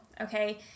okay